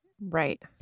Right